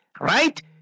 right